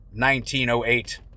1908